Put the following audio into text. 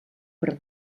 per